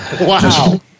Wow